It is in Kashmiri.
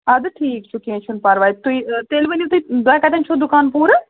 اَدٕ ٹھیٖک چھُ کیٚنٛہہ چھِنہٕ پروٲے تُہۍ تیٚلہِ ؤنِو تُہۍ تۄہہِ کَتیٚن چھُو دُکان پوٗرٕ